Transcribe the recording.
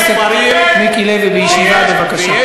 ויש ספרים, חבר הכנסת מיקי לוי, בישיבה בבקשה.